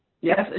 Yes